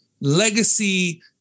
legacy